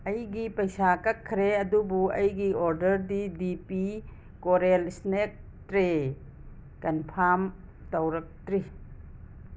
ꯑꯩꯒꯤ ꯄꯩꯁꯥ ꯀꯛꯈ꯭ꯔꯦ ꯑꯗꯨꯕꯨ ꯑꯩꯒꯤ ꯑꯣꯔꯗꯔꯗꯤ ꯗꯤ ꯄꯤ ꯀꯣꯔꯦꯜ ꯁ꯭ꯅꯦꯛ ꯇ꯭ꯔꯦ ꯀꯟꯐꯥꯝ ꯇꯧꯔꯛꯇ꯭ꯔꯤ